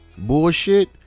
Bullshit